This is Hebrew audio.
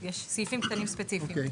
יש סעיפים קטנים ספציפיים.